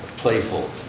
playful.